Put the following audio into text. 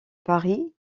paris